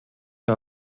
der